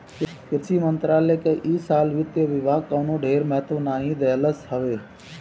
कृषि मंत्रालय के इ साल वित्त विभाग कवनो ढेर महत्व नाइ देहलस हवे